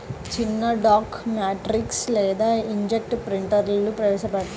చిన్నడాట్ మ్యాట్రిక్స్ లేదా ఇంక్జెట్ ప్రింటర్లుప్రవేశపెట్టబడ్డాయి